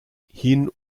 hin